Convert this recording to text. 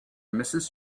mrs